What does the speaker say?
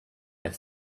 had